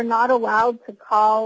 not allowed to call